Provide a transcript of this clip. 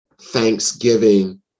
thanksgiving